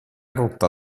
rotta